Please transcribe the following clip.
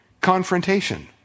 confrontation